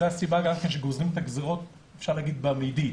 זו גם הסיבה שגוזרים את הגזירות באופן מידי.